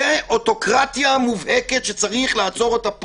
זו אוטוקרטיה מובהקת שצריך לעצור אותה פה.